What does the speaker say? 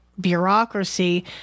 bureaucracy